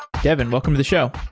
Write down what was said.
devin, welcome to the show.